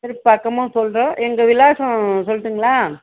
சரி பக்கமாக சொல்கிறேன் எங்கள் விலாசம் சொல்லட்டுங்களா